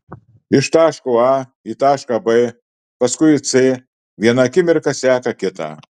iš taško a į tašką b paskui į c viena akimirka seka kitą